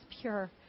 pure